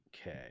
Okay